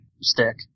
stick